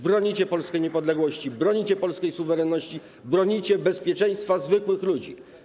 Bronicie polskiej niepodległości, bronicie polskiej suwerenności, bronicie bezpieczeństwa zwykłych ludzi.